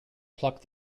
plucked